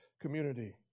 community